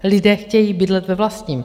Lidé chtějí bydlet ve vlastním.